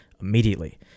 immediately